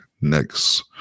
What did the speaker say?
next